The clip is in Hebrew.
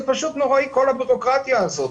זה פשוט נוראי, כל הביורוקרטיה הזו.